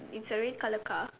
it's a red colour car